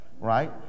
right